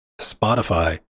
spotify